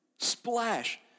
Splash